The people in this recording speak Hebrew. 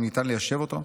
האם ניתן ליישב אותו?